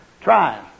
trying